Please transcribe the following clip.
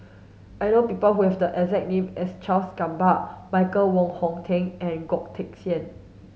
I know people who have the exact name as Charles Gamba Michael Wong Hong Teng and Goh Teck Sian